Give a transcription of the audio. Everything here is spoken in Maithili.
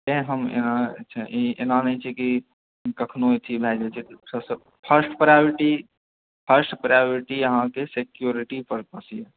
तैंँ हम एना छै एना नहि छै कि कखनो अथी भए जाय छै सबसे फ़र्स्ट प्रायऑरिटी फ़र्स्ट प्रायऑरिटी अहाँके सिक्यूरिटी परपस यऽ